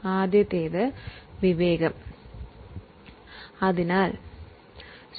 ആദ്യത്തേത് പ്രുഡൻസ്